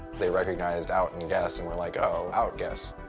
they recognized out and guess and were like, oh, outguess.